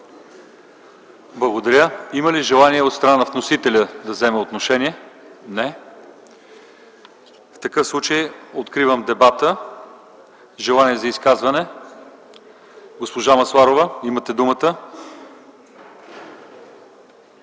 Благодаря. Има ли желание от страна на вносителя да вземе отношение? Няма. В такъв случай откривам дебата. Има ли желания за изказвания? Госпожо Масларова, имате думата.